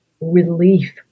relief